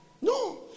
No